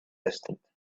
distant